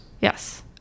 Yes